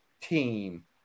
team